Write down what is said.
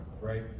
right